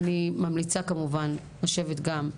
אני ממליצה כמובן לשבת גם,